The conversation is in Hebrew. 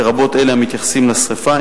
לרבות אלה המתייחסים לשרפה,